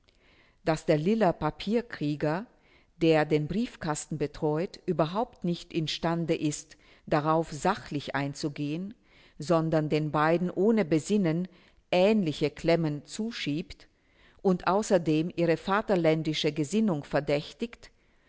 daß der liller papierkrieger der den briefkasten betreut überhaupt nicht imstande ist darauf sachlich einzugehen sondern den beiden ohne besinnen ähnliche klemmen zuschiebt und außerdem ihre vaterländische gesinnung verdächtigt